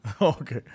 Okay